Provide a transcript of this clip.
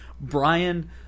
Brian